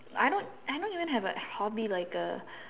I don't I don't even have a hobby like a